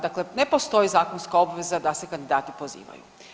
Dakle, ne postoji zakonska obveza da se kandidati pozivaju.